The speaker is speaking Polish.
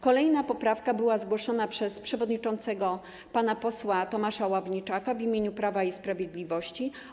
Kolejna poprawka została zgłoszona przez przewodniczącego pana posła Tomasza Ławniczaka w imieniu Prawa i Sprawiedliwości.